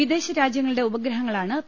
വിദേശരാജ്യങ്ങളുടെ ഉപഗ്രഹങ്ങളാണ് പി